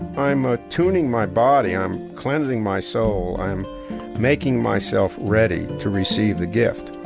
i'm ah attuning my body. i'm cleansing my soul. i'm making myself ready to receive the gift